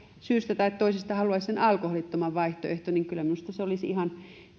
syystä tai toisesta haluaisivat sen alkoholittoman vaihtoehdon niin kyllä minusta se olisi ihan